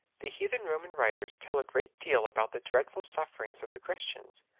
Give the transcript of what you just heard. the heathen roman writers tell a great deal about the dreadful sufferings of the christians,